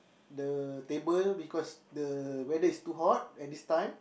the table because the weather is too hot at this time